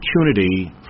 opportunity